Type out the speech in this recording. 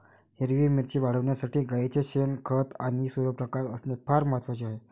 हिरवी मिरची वाढविण्यासाठी गाईचे शेण, खत आणि सूर्यप्रकाश असणे फार महत्वाचे आहे